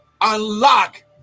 unlock